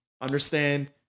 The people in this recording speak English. understand